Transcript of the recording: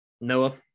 Noah